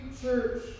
church